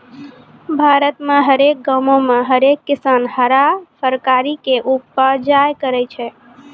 भारत मे हरेक गांवो मे हरेक किसान हरा फरकारी के उपजा करै छै